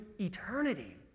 eternity